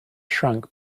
shrunk